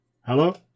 Hello